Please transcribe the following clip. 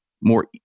more